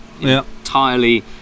Entirely